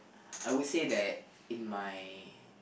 I would say that in my